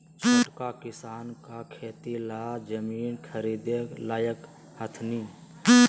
छोटका किसान का खेती ला जमीन ख़रीदे लायक हथीन?